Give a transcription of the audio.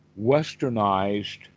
westernized